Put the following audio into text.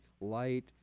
light